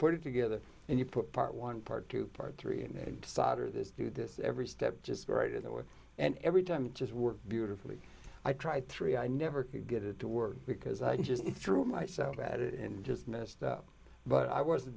put it together and you put part one part two part three and solder this do this every step just go right away and every time just worked beautifully i tried three i never could get it to work because i just threw myself at it and just messed up but i wasn't